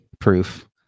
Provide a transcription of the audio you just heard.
proof